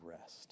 rest